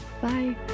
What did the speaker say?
Bye